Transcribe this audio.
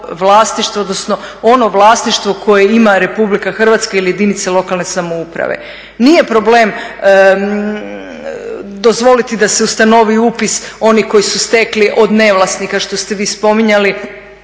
odnosno ono vlasništvo koje ima RH ili jedinica lokalne samouprave. Nije problem dozvoliti da se ustanovi upis oni koji su stekli od ne vlasnika što ste vi spominjali